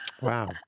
Wow